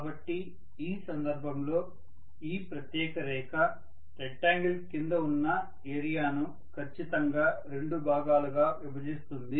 కాబట్టి ఈ సందర్భంలో ఈ ప్రత్యేక రేఖ రెక్టాంగిల్ కింద ఉన్న ఏరియాను ఖచ్చితంగా రెండు భాగాలుగా విభజిస్తుంది